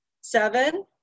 seven